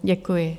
Děkuji.